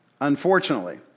Unfortunately